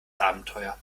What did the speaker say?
abenteuer